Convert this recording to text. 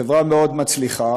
חברה מאוד מצליחה.